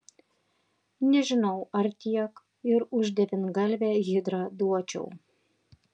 nežinau ar tiek ir už devyngalvę hidrą duočiau